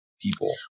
people